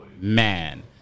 Man